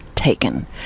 taken